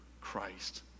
Christ